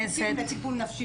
וגם של כמה פוליטיקאיות מסוימות.